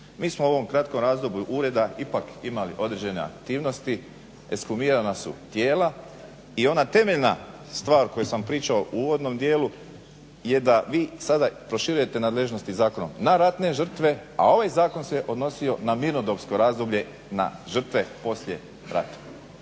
Mi smo u ovom kratkom razdoblju ureda ipak imali određene aktivnosti, ekshumirana su tijela i ona temeljna stvar koju sam pričao u uvodnom dijelu je da vi sada proširujete nadležnosti zakonom na ratne žrtve, a ovaj zakon se odnosio na mirnodopsko razdoblje na žrtve poslije rata.